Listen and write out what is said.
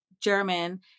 German